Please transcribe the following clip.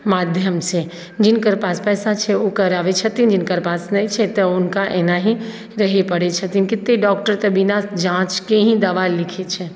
माध्यमसँ जिनकर पास पैसा छै ओ कराबै छथिन जिनकर पास नहि छै तऽ ओ हुनका एनाही रहय पड़ै छथिन कतेक डॉक्टर तऽ बिना जाँचके ही दवा लिखैत छै